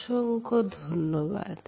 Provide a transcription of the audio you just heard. অসংখ্য ধন্যবাদ